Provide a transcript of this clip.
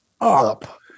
Up